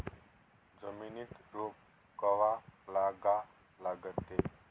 जमिनीत रोप कवा लागा लागते?